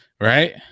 Right